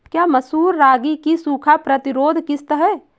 क्या मसूर रागी की सूखा प्रतिरोध किश्त है?